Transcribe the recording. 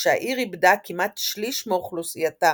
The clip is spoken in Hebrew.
כשהעיר איבדה כמעט שליש מאוכלוסייתה.